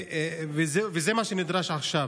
וזה מה שנדרש עכשיו.